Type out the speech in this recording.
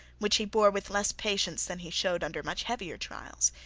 which he bore with less patience than he showed under much heavier trials.